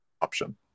option